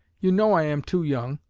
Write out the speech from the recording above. you know i am too young,